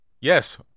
Yes